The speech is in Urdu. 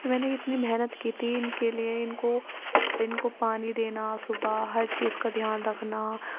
کہ میں نے اتنی محنت کی تھی ان کے لیے ان کو ان کو پانی دینا صبح ہر چیز کا دھیان رکھنا